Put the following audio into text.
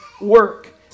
work